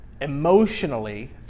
emotionally